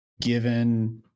given